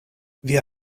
via